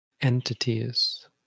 entities